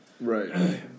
Right